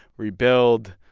rebuild,